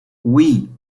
oui